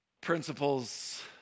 principles